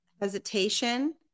hesitation